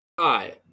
Hi